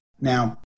Now